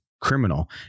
criminal